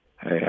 Hey